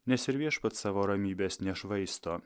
nes ir viešpats savo ramybės nešvaisto